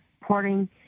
reporting